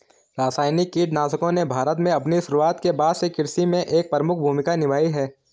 रासायनिक कीटनाशकों ने भारत में अपनी शुरूआत के बाद से कृषि में एक प्रमुख भूमिका निभाई है